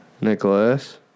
Nicholas